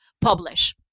publish